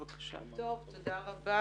תודה רבה.